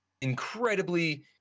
incredibly